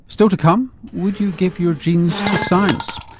still to come, would you give your genes to science?